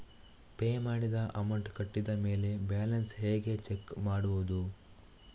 Pay ಮಾಡಿದ amount ಕಟ್ಟಿದ ಮೇಲೆ ಬ್ಯಾಲೆನ್ಸ್ ಹೇಗೆ ಚೆಕ್ ಮಾಡುವುದು?